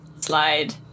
slide